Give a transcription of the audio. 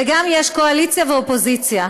וגם יש קואליציה ואופוזיציה,